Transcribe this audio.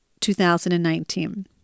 2019